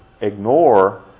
ignore